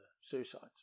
suicides